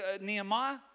Nehemiah